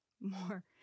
more